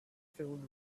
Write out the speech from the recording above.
filled